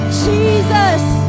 Jesus